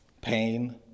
pain